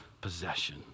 possession